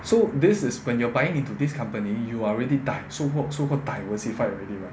so this is when you're buying into this company you are already div~ so called so called diversified already right